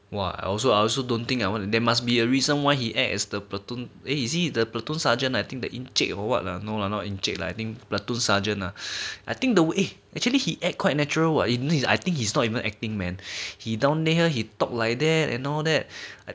!wah! I also I also don't think I want there must be a reason why he act as the platoon eh you see the platoon sergeant I think the encik or what lah no lah not encik lah I think platoon sergeant ah I think the way actually he act quite natural what it needs I think he's not even acting man he down there ah he talk like that and all that